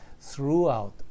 throughout